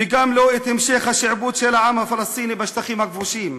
וגם לא את המשך השעבוד של העם הפלסטיני בשטחים הכבושים.